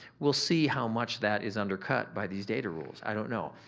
we'll see how much that is undercut by these data rules. i don't know.